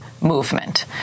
movement